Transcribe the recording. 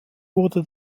wurde